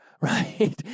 right